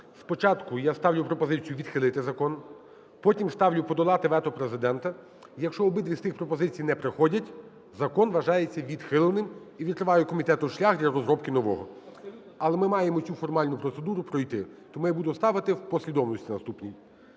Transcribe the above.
спочатку я ставлю пропозицію відхилити закон, потім ставлю – подолати вето Президента. Якщо обидві з тих пропозицій не проходять – закон вважається відхиленим і відкриває комітету шлях для розробки нового. Але ми маємо цю формальну процедуру пройти, тому я буду ставити в послідовності наступній.